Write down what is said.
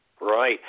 right